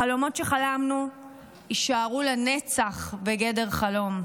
החלומות שחלמנו יישארו לנצח בגדר חלום,